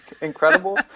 incredible